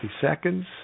seconds